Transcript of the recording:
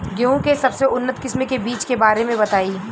गेहूँ के सबसे उन्नत किस्म के बिज के बारे में बताई?